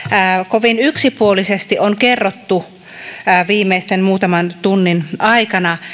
kovin yksipuolisesti on kerrottu viimeisen muutaman tunnin aikana